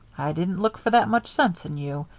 i didn't look for that much sense in you.